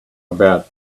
about